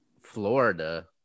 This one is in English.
Florida